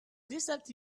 distributed